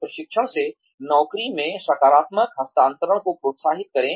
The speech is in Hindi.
प्रशिक्षण से नौकरी में सकारात्मक हस्तांतरण को प्रोत्साहित करें